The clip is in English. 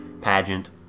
pageant